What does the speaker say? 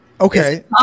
Okay